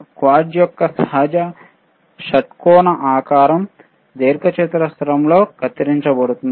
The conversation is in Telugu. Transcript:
క్వార్ట్జ్ యొక్క సహజ షట్కోణ ఆకారం దీర్ఘచతురస్రాకారంలో కత్తిరించబడుతుంది